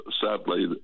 sadly